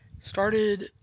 started